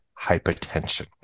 hypertension